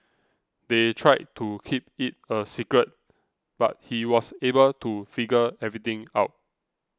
they tried to keep it a secret but he was able to figure everything out